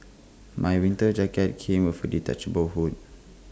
my winter jacket came with A detachable hood